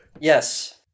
Yes